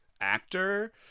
actor